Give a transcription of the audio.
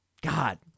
God